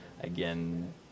again